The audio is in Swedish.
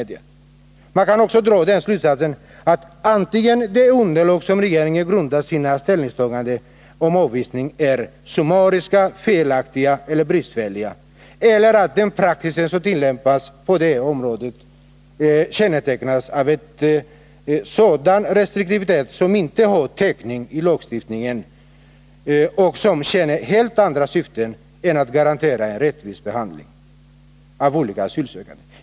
Vidare kan man dra den slutsatsen att regeringen antingen grundat sina ställningstaganden när det gäller avvisning på summariska, felaktiga eller bristfälliga bedömningar, eller också kännetecknas den tillämpade praxisen av en restriktivitet som inte har täckning i lagstiftningen och som tjänar helt andra syften än att garantera en rättvis 145 behandling av asylsökande.